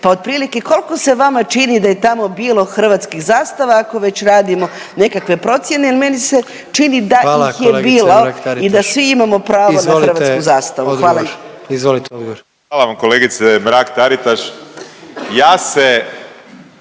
Pa otprilike koliko se vama čini da je tamo bilo hrvatskih zastava ako već radimo nekakve procjene jer meni se čini …/Upadica predsjednik: Hvala kolegice Mrak Taritaš./…